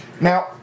Now